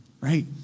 right